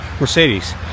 Mercedes